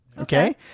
okay